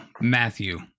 Matthew